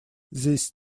these